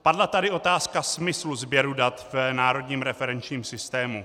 Padla tady otázka smyslu sběru dat v Národním referenčním systému.